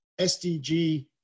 SDG